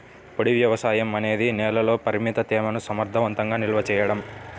పొడి వ్యవసాయం అనేది నేలలోని పరిమిత తేమను సమర్థవంతంగా నిల్వ చేయడం